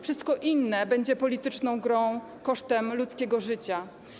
Wszystko inne będzie polityczną grą kosztem ludzkiego życia.